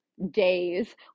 days